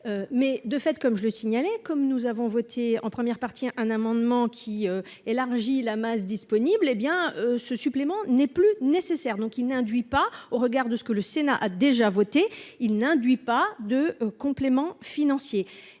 mais de fait, comme je le signalais comme nous avons voté en première partie, un amendement qui élargit la masse disponible, hé bien ce supplément n'est plus nécessaire, donc il n'induit pas au regard de ce que le Sénat a déjà voté il n'induit pas de complément financier